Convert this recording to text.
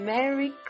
Merry